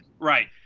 Right